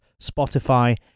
Spotify